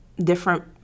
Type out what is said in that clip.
different